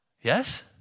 Yes